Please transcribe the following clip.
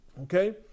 Okay